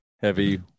heavy